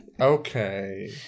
Okay